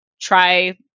try